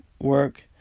work